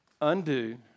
undo